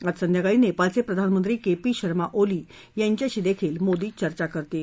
आज संध्याकाळी नेपाळचे प्रधानमंत्री के पी शर्मा ओली यांच्याशीही मोदी चर्चा करणार आहेत